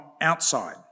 outside